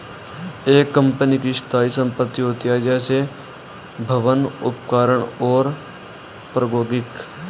एक कंपनी की स्थायी संपत्ति होती हैं, जैसे भवन, उपकरण और प्रौद्योगिकी